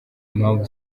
impamvu